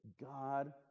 God